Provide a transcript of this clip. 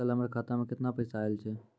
कल हमर खाता मैं केतना पैसा आइल छै?